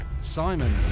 Simon